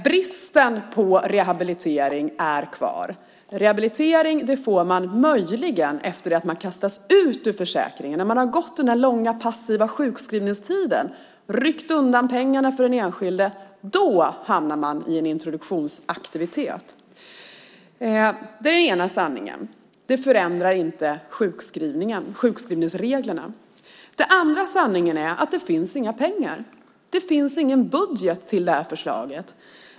Bristen på rehabilitering är kvar. Rehabilitering får man möjligen efter att man kastas ut ur försäkringen, har gått den långa passiva sjukskrivningstiden och fått pengarna undanryckta. Då hamnar man i en introduktionsaktivitet. Det är den ena sanningen. Det förändrar inte sjukskrivningsreglerna. Den andra sanningen är att det inte finns några pengar. Det finns ingen budget för det här förslaget.